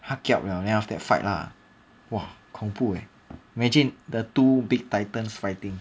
他 kiap liao then after that fight lah !wah! 恐怖 leh imagine the two big titans fighting